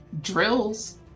drills